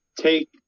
take